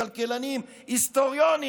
כלכלנים והיסטוריונים,